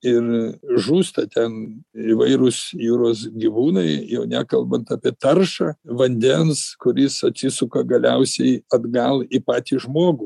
ir žūsta ten įvairūs jūros gyvūnai jau nekalbant apie taršą vandens kuris atsisuka galiausiai atgal į patį žmogų